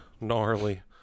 gnarly